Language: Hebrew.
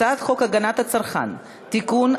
הצעת החוק לעידוד השקעות הון (תיקון,